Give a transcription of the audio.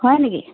হয় নেকি